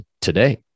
today